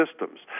systems